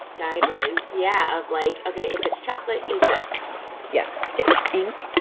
guidelines yeah of, like ok, if it's chocolate, use this yes. if it's ink,